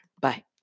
Bye